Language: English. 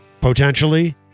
Potentially